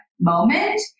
moment